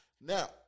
Now